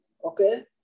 Okay